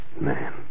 man